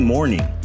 Morning